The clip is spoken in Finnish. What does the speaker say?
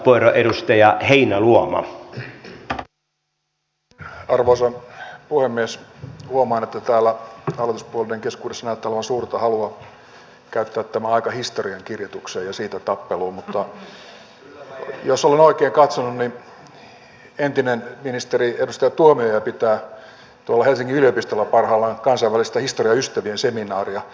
huomaan että täällä hallituspuolueiden keskuudessa näyttää olevan suurta halua käyttää tämä aika historiankirjoitukseen ja siitä tappeluun mutta jos olen oikein katsonut niin entinen ministeri edustaja tuomioja pitää tuolla helsingin yliopistolla parhaillaan kansainvälistä historian ystävien seminaaria erkki tuomioja on paikalla salissa